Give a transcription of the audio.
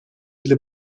для